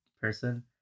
person